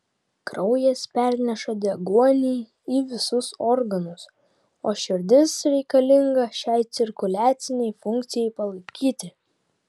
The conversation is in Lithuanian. kraujas perneša deguonį į visus organus o širdis reikalinga šiai cirkuliacinei funkcijai palaikyti